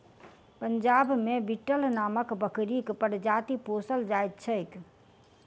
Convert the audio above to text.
पंजाब मे बीटल नामक बकरीक प्रजाति पोसल जाइत छैक